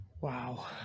Wow